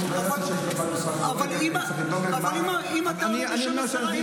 אבל אם אתה עונה בשם השרה,